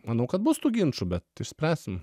manau kad bus tų ginčų bet išspręsim